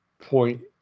point